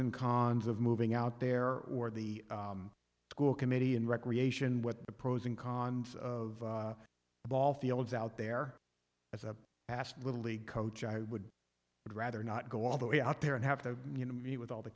posen cons of moving out there or the school committee and recreation what the pros and cons of ball fields out there as a past little league coach i would would rather not go all the way out there and have to you know meet with all the